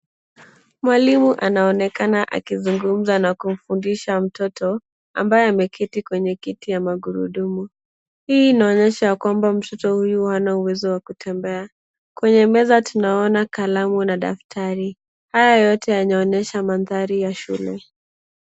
Mwalimu anaonekana akizungumza na kumfundisha mtoto ambaye ameketi kwenye kiti ya magururdumu. Hii inaonyesha ya kwamba mtoto huyu hana uwezo wa kutembea. Kwenye meza tunaona kalamu na daftari. Haya yote yanaonyesha mandhari ya shule.